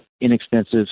inexpensive